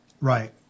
Right